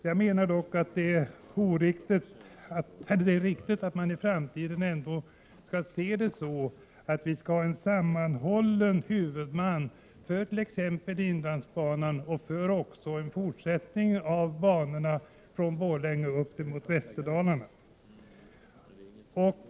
Jag menar dock att det är riktigt att man i framtiden skall ha en sammanhållande huvudman för t.ex. Inlandsbanan och fortsättningen av banan från Borlänge uppemot Västerdalarna.